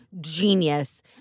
genius